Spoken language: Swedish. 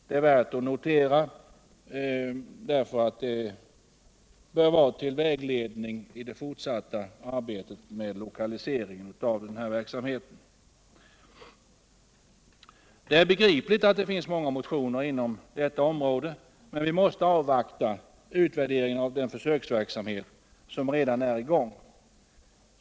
Det är värt att notera och bör vara en vägledning i det fortsatta arbetet med lokaliseringen av denna verksamhet. Det är begripligt att det avgivits många motioner i detta ärende, men vi måste avvakta utvärderingen av den försöksverksamhet som redan är i gång.